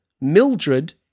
Mildred